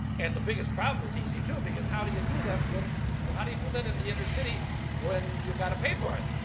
and the biggest problem is easy, too, because how do you do that, well, how do you do that in the inner city when you've got to pay for it!